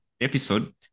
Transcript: episode